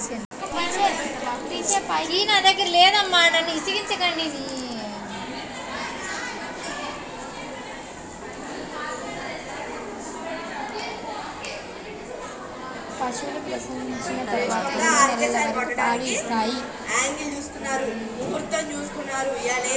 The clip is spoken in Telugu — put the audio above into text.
పశువులు ప్రసవించిన తర్వాత ఎన్ని నెలల వరకు పాలు ఇస్తాయి?